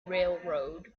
railroad